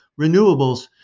renewables